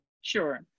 Sure